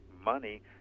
money